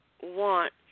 want